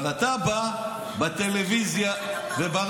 אבל אתה בא בטלוויזיה וברדיו,